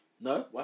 No